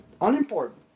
unimportant